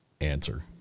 answer